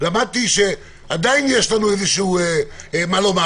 שעדיין יש מה לומר.